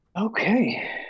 Okay